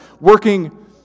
working